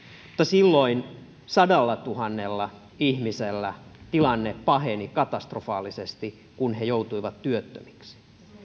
mutta silloin sadallatuhannella ihmisellä tilanne paheni katastrofaalisesti kun he joutuivat työttömiksi